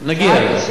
מה עם התקציב הבא?